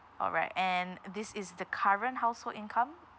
all right and this is the current household income